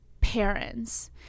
parents